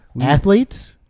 athletes